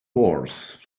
wars